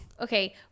okay